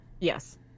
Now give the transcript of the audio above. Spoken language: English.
Yes